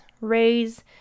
raise